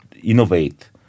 Innovate